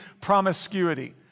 promiscuity